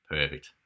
Perfect